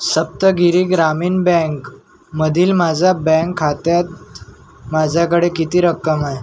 सप्तगिरी ग्रामीण बँकमधील माझा बँक खात्यात माझ्याकडे किती रक्कम आहे